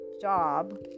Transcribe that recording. job